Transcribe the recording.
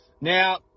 Now